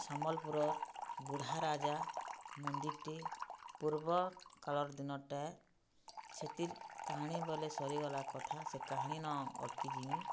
ସମ୍ବଲ୍ପୁରର୍ ବୁଢ଼ାରାଜା ମନ୍ଦିର୍ଟେ ପୂର୍ବକାଳର୍ ଦିନର୍ଟା ଏ ସେଥିର୍ କାହାଣୀ ବେଲେ ସରିଗଲା କଥା ସେ କାହାଣୀନ ଅଟ୍କି ଯିମି